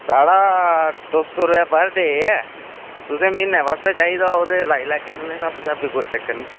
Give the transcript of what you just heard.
साढ़ा दौ सौ रपेआ पर डे ऐ तुसें म्हीनै स्हाबै चाहिदा होग तां तुसें ई लाई लैगे स्हाबै स्हाबै दा कोई चक्कर निं